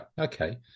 okay